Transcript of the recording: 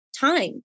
time